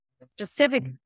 specific